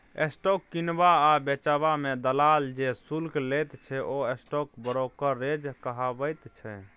stock किनबा आ बेचबा मे दलाल जे शुल्क लैत छै ओ स्टॉक ब्रोकरेज कहाबैत छै